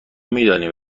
میدانیم